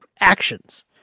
actions